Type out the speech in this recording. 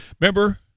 remember